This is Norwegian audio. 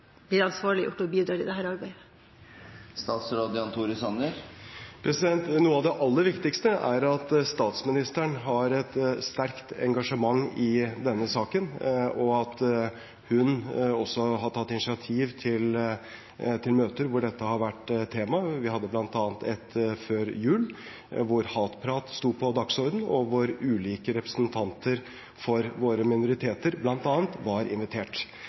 blir ansvarliggjort og bidrar i dette arbeidet? Noe av det aller viktigste er at statsministeren har et sterkt engasjement i denne saken, og at hun også har tatt initiativ til møter hvor dette har vært et tema. Vi hadde bl.a. ett før jul, hvor hatprat sto på dagsordenen, og hvor ulike representanter for våre minoriteter bl.a. var invitert.